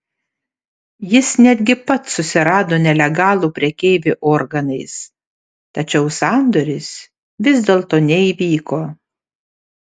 jis netgi pats susirado nelegalų prekeivį organais tačiau sandoris vis dėlto neįvyko